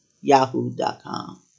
yahoo.com